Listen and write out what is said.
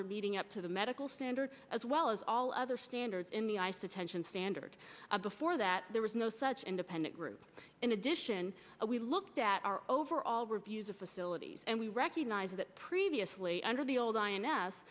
they're leading up to the medical standards as well as all other standards in the ice detention standard before that there was no such independent group in addition we looked at our overall reviews of facilities and we recognize that previously under the old i